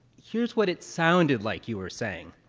here's what it sounded like you were saying.